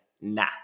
nah